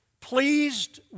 Pleased